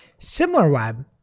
SimilarWeb